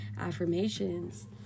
affirmations